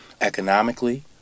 economically